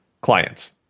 clients